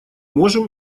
можем